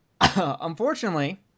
Unfortunately